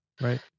right